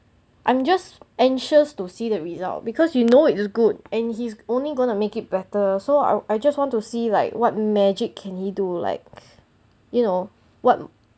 I am just anxious to see the result because you know it is good and he's only gonna make it better so I just want to see like what magic can he do like you know what